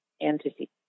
entity